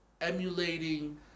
emulating